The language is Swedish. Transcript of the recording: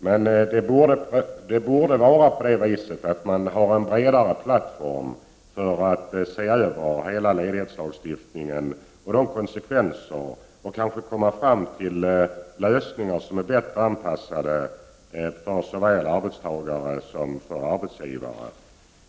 Men det borde vara på det viset att man har en bredare plattform för att se över hela ledighetslagstiftningen och dess konsekvenser, för att kanske komma fram till lösningar som är bättre anpassade såväl för arbetstagare som för arbetsgivare.